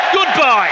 Goodbye